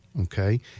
Okay